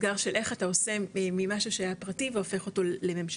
אתגר של איך אתה עושה ממשהו שהיה פרטי והופך אותו לממשלתי.